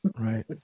right